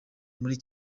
muri